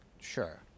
Sure